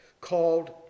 called